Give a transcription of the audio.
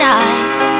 eyes